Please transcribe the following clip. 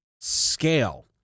scale